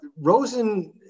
Rosen